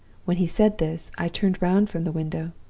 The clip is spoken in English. when he said this, i turned round from the window.